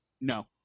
No